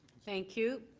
thank you.